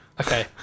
Okay